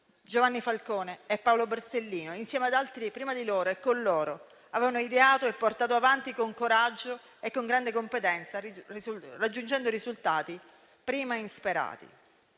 Giovanni Falcone e Paolo Borsellino, insieme ad altri prima di loro e con loro, avevano ideato e portato avanti con coraggio e con grande competenza, raggiungendo risultati prima insperati.